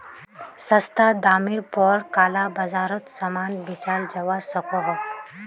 सस्ता डामर पोर काला बाजारोत सामान बेचाल जवा सकोह